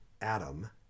Adam